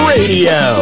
Radio